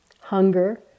hunger